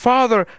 Father